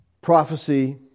Prophecy